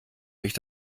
mich